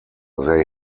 they